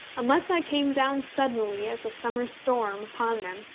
unless i came down suddenly as a summer's storm upon them,